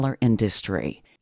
industry